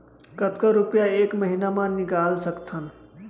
कतका रुपिया एक महीना म निकाल सकथन?